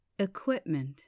Equipment